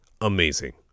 amazing